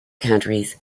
countries